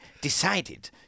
decided